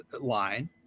line